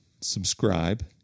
Subscribe